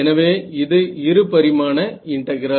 எனவே இது இருபரிமாண இன்டெகிரல்